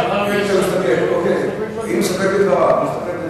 מאחר שיש עכשיו דיון, אני מסתפק בדיון.